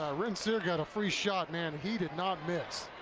um hrncir got a free shot, man, he did not miss.